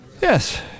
Yes